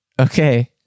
Okay